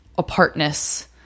Apartness